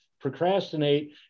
procrastinate